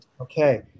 Okay